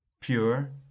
pure